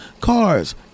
cars